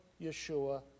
Yeshua